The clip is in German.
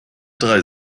drei